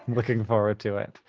looking forward to it.